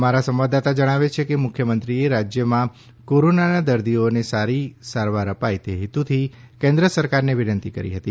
અમારા સંવાદદાતા જણાવે છે કે મુખ્યમંત્રીએ રાજ્યમાં કોરોનાના દર્દીઓને સારી સારવાર અપાય તે હેતુથી કેન્દ્ર સરકારને વિનંતી કરી હતી